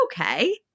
Okay